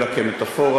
אלא כמטפורה,